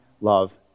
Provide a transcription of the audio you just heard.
love